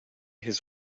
his